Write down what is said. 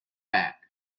back